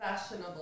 Fashionable